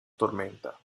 tormenta